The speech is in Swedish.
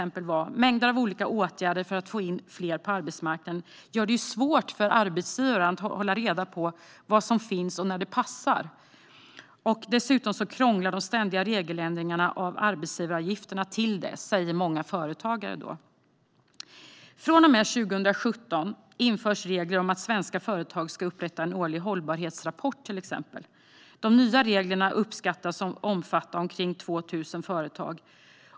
Mängder av olika åtgärder för att få in fler på arbetsmarknaden gör det svårt för arbetsgivare att hålla reda på vad som finns och när det passar. Dessutom krånglar de ständiga regeländringarna av arbetsgivaravgifterna till det, säger många företagare. Från och med 2017 införs regler om att svenska företag ska upprätta en årlig hållbarhetsrapport. De nya reglerna uppskattas omfatta omkring 2 000 företag.